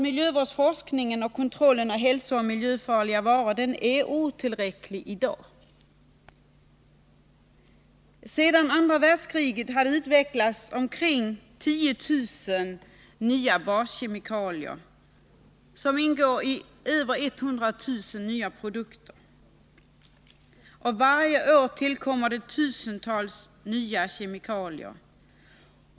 Miljövårdsforskning och kontroll av hälsooch miljöfarliga varor är i dag otillräckliga. Sedan andra världskriget har det utvecklats omkring 10 000 nya baskemikalier, som ingår i över 100 000 nya produkter. Varje år tillkommer det tusentals nya kemikalier.